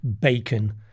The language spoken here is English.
bacon